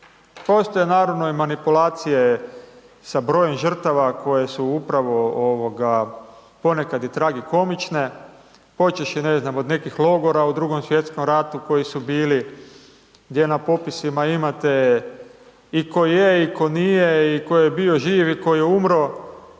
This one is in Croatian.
Postoje naravno i manipulacije sa brojem žrtava koje su upravo ponekad i tragikomične počevši, ne znam, od nekih logora u Drugom svjetskom ratu koji su bili gdje na popisima imate i ko je i ko nije i ko je bio živ i ko je umro